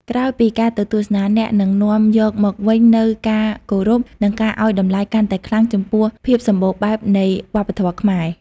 ក្រោយពីការទៅទស្សនា អ្នកនឹងនាំយកមកវិញនូវការគោរព និងការឱ្យតម្លៃកាន់តែខ្លាំងចំពោះភាពសម្បូរបែបនៃវប្បធម៌ខ្មែរ។